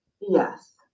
Yes